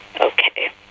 Okay